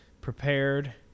Prepared